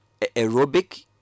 aerobic